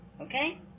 Okay